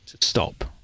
stop